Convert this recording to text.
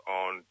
on